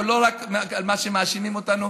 ולא רק במה שמאשימים אותנו.